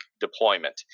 deployment